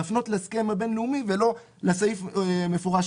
להפנות להסכם הבינלאומי ולא לסעיף מפורש